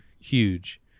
Huge